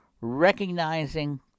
recognizing